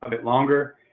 a bit longer.